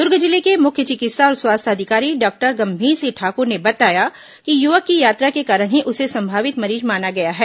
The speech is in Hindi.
दूर्ग जिले के मुख्य चिकित्सा और स्वास्थ्य अधिकारी डॉक्टर गंभीर सिंह ठाकुर ने बताया कि युवक की यात्रा के कारण ही उसे संभावित मरीज माना गया है